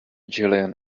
jillian